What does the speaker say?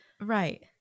right